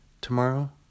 Tomorrow